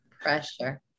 Pressure